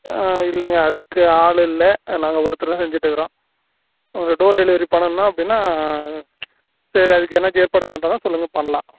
இல்லைங்க அதுக்கு ஆள் இல்லை நாங்கள் ஒருத்தர் தான் செஞ்சிகிட்டு இருக்கிறோம் உங்களுக்கு டோர் டெலிவரி பண்ணணும் அப்படின்னா சரி அதுக்கு என்னாச்சும் ஏற்பாடு பண்ணுறதுனா சொல்லுங்க பண்ணலாம்